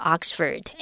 Oxford